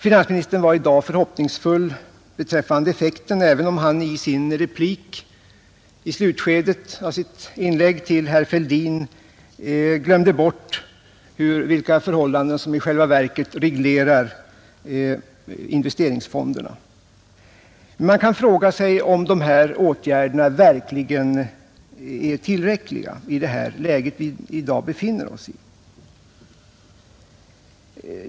Finansministern var i dag förhoppningsfull beträffande effekten, även om han i sin replik till herr Fälldin i slutskedet av sitt inlägg glömde bort vilka förhållanden som i själva verket reglerar investeringsfonderna. Man kan fråga sig om dessa åtgärder verkligen är tillräckliga i det läge som vi i dag befinner oss i.